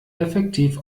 effektiv